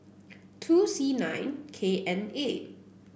two C nine K N A